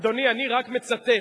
אדוני, אני רק מצטט.